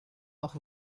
auch